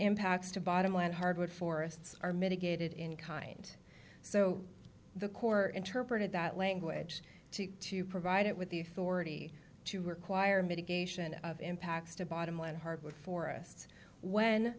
impacts to bottom land hardwood forests are mitigated in kind so the corps interpreted that language to provide it with the authority to require mitigation of impacts to bottomland hardwood forests when